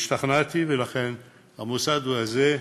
השתכנעתי, ולכן המוסד הוא זה.